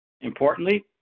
Importantly